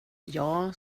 jag